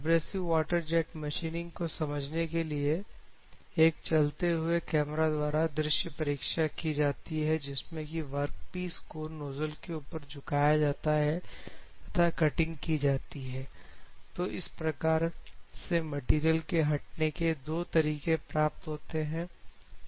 abrasive water jet machining को समझने के लिए एक चलते हुए कैमरा द्वारा दृश्य परीक्षा की जाती है जिसमें की वर्कपीस को नोजल के ऊपर झुकाया जाता है तथा कटिंग की जाती है तो इस प्रकार से मटीरियल के हटने के दो तरीके प्राप्त होते हैं